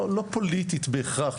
לא פוליטית בהכרח,